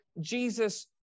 Jesus